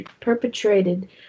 perpetrated